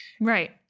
right